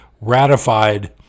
ratified